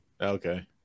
Okay